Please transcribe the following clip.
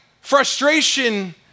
frustration